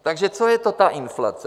Takže co je to ta inflace?